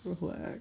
relax